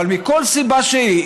אבל מכל סיבה שהיא,